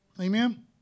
Amen